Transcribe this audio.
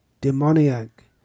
demoniac